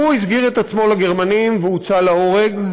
והוא הסגיר את עצמו לגרמנים והוצא להורג,